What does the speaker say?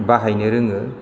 बाहायनो रोङो